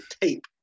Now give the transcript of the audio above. tape